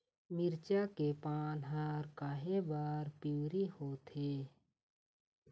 मिरचा के पान हर काहे बर पिवरी होवथे?